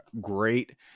great